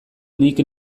nik